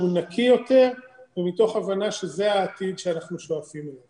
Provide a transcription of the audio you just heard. נקי יותר ומתוך הבנה שזה העתיד שאנחנו שואפים אליו.